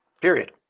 Period